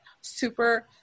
super